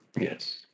Yes